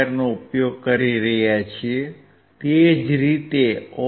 નો ઉપયોગ કરી રહ્યા છીએ તે જ રીતે ઓપ